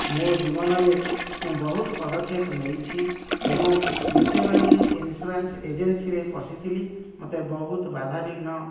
ମୋ ଜୀବନରେ ମୁଁ ବହୁତ ପଦକ୍ଷେପ ନେଇଛି ଏବଂ ଯେତେବେଳେ ମୁଁ ଇନ୍ସୁରାନ୍ସ ଏଜେନ୍ସିରେ ପଶିଥିଲି ମୋତେ ବହୁତ ବାଧାବିଘ୍ନ